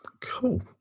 Cool